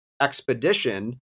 expedition